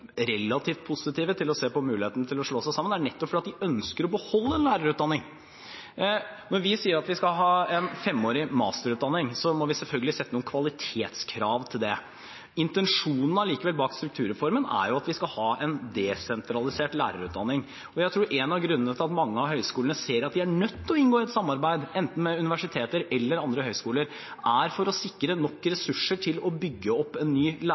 relativt positive til å se på muligheten til å slå seg sammen, er nettopp at de ønsker å beholde lærerutdanningen. Når vi sier at vi skal ha en femårig masterutdanning, må vi selvfølgelig sette noen kvalitetskrav til det. Intensjonen bak strukturreformen er likevel at vi skal ha en desentralisert lærerutdanning. Jeg tror en av grunnene til at mange av høyskolene ser at de er nødt til å inngå et samarbeid med enten universiteter eller andre høyskoler, er det å sikre nok ressurser til å bygge opp en ny